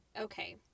okay